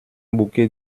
bouquet